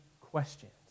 questions